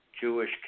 Jewish